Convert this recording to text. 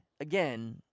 again